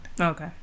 Okay